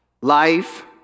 Life